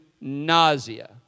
nausea